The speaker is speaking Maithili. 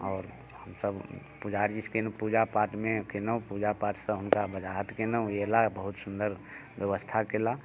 आओर हमसब पुजारी पूजापाठमे केलहुँ पूजापाठसँ हुनका बजाहट केलहुँ अयलाह बहुत सुन्दर व्यवस्था केलाह